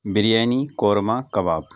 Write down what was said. biryani korma کباب